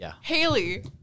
Haley